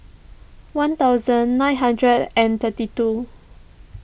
one thousand nine hundred and thirty two